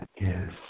Yes